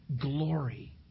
glory